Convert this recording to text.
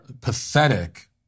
pathetic